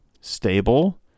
Stable